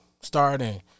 starting